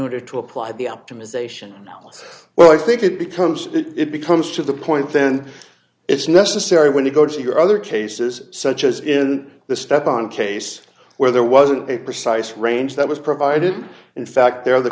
order to apply the optimization well i think it becomes it becomes to the point then it's necessary when you go to your other cases such as in the step on case where there wasn't a precise range that was provided in fact there